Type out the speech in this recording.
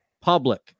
public